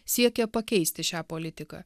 siekia pakeisti šią politiką